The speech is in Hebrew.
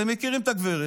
אתם מכירים את הגברת,